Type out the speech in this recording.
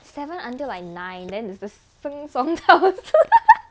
seven until like nine then is the 昇菘超市